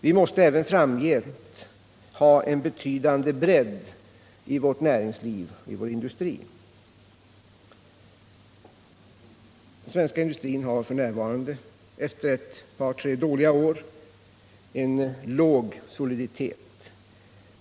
Vi måste även framgent ha en betydande bredd i vårt näringsliv och i vår industri. Den svenska industrin har f.n. efter ett par dåliga år en låg soliditet.